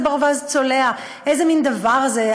זה ברווז צולע, איזה מין דבר זה?